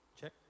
Check